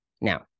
Now